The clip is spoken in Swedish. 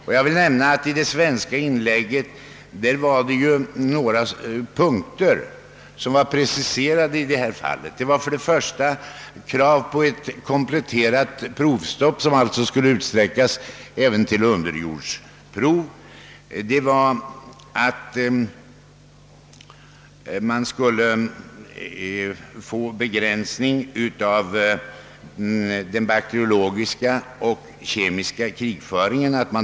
Jag vill nämna att det svenska inlägget innehöll några preciserade krav i detta avseende. Där fanns krav på att provstoppet skulle utsträckas till att gälla även underjordiska prov. Vidare krävdes en begränsning av den bakteriologiska och kemiska krigföringen.